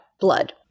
blood